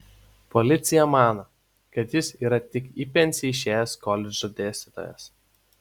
policija mano kad jis yra tik į pensiją išėjęs koledžo dėstytojas